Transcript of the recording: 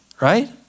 Right